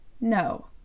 No